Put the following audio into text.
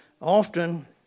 Often